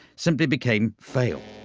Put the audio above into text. simply became fail.